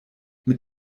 mit